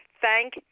Thank